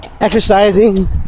exercising